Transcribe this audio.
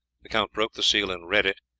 the count broke the seal and read it,